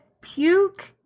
puke